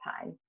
time